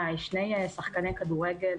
שני שחקני כדורגל